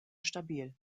stabil